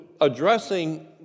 addressing